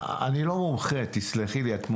אני לא מומחה, תסלחי לי, את מומחית,